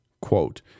quote